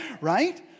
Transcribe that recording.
right